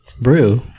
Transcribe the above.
Brew